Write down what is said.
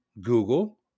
Google